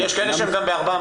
יש כאלה שהן גם ב-400